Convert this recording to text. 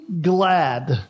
glad